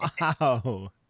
Wow